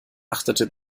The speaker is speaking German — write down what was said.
achtete